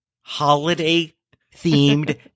holiday-themed